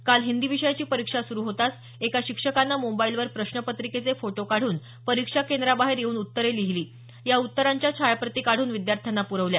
काल हिंदी विषयाची परीक्षा सुरू होताच एका शिक्षकानं मोबाईलवर प्रश्नपत्रिकेचे फोटो काढून परीक्षा केंद्राबाहेर येऊन उत्तरे लिहिली या उत्तरांच्या छायाप्रती काढून विद्यार्थ्यांना प्रवल्या